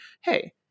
hey